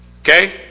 Okay